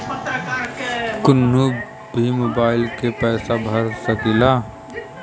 कन्हू भी मोबाइल के पैसा भरा सकीला?